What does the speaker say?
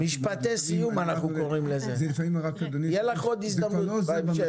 תהיה לך עוד הזדמנות בהמשך.